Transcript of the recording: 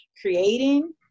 creating